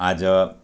आज